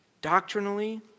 doctrinally